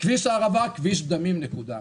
כביש הערבה הוא כביש דמים, נקודה.